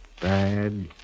Bad